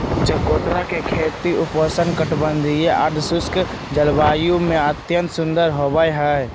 चकोतरा के खेती उपोष्ण कटिबंधीय, अर्धशुष्क जलवायु में अत्यंत सुंदर होवई हई